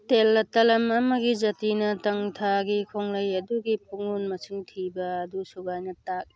ꯇꯦꯂꯇꯂꯝ ꯑꯃꯒꯤ ꯖꯇꯤꯅ ꯇꯪꯟꯊꯥꯒꯤ ꯈꯣꯡꯂꯩ ꯑꯗꯨꯒꯤ ꯄꯨꯡꯂꯣꯟ ꯃꯁꯤꯡ ꯊꯤꯕ ꯑꯗꯨ ꯁꯨꯒꯥꯏꯅ ꯇꯥꯛꯏ